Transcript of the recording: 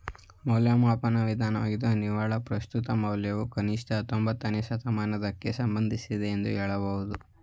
ಮೌಲ್ಯಮಾಪನ ವಿಧಾನವಾಗಿ ನಿವ್ವಳ ಪ್ರಸ್ತುತ ಮೌಲ್ಯವು ಕನಿಷ್ಠ ಹತ್ತೊಂಬತ್ತನೇ ಶತಮಾನದಕ್ಕೆ ಸಂಬಂಧಿಸಿದೆ ಎಂದು ಹೇಳಬಹುದು